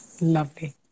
Lovely